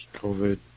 COVID